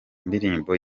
ndirimbo